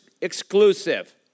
exclusive